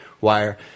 wire